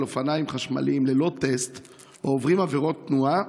אופניים חשמליים ללא טסט או עוברים עבירות תנועה,